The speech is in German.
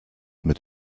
mit